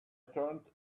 turned